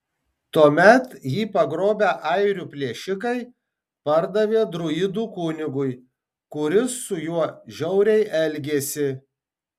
tuomet jį pagrobę airių plėšikai pardavė druidų kunigui kuris su juo žiauriai elgėsi